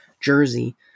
jersey